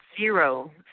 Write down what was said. zero